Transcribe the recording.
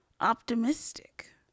optimistic